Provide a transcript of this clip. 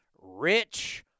Rich